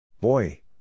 Boy